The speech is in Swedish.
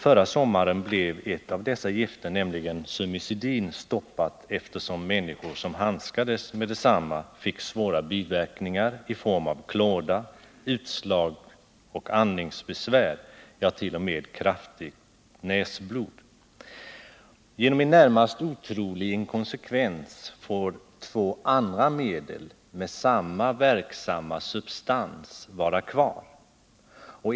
Förra sommaren blev ett av dessa gifter, nämligen sumicidin, stoppat, eftersom människor som handskades med det fick svåra biverkningar i form av klåda, utslag och andningsbesvär, ja, t.o.m. kraftigt 127 Genom en närmast otrolig inkonsekvens får två andra medel med samma verksamma substans vara kvar.